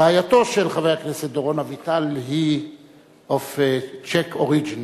רעייתו של חבר הכנסת דורון אביטל היא of Czech origin,